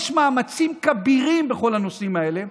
יש מאמצים כבירים בכל הנושאים האלה.